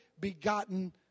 begotten